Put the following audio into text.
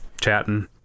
chatting